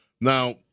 Now